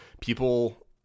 People